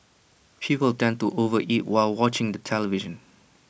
people tend to overeat while watching the television